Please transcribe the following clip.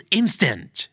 instant